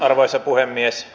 arvoisa puhemies